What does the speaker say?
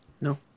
No